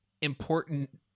important